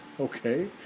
Okay